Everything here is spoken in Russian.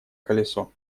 колесо